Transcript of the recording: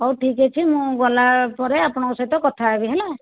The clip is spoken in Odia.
ହଉ ଠିକ୍ ଅଛି ମୁଁ ଗଲାପରେ ଆପଣଙ୍କ ସହିତ କଥାହେବି ହେଲା